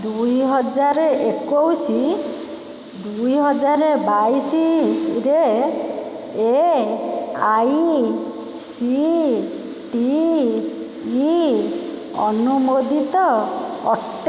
ଦୁଇ ହଜାର ଏକୋଇଶି ଦୁଇ ହଜାର ବାଇଶିରେ A I C T E ଅନୁମୋଦିତ ଅଟେ